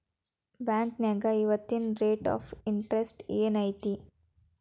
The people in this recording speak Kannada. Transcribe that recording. ಬಾಂಕ್ನ್ಯಾಗ ಇವತ್ತಿನ ರೇಟ್ ಆಫ್ ಇಂಟರೆಸ್ಟ್ ಏನ್ ಐತಿ